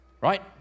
right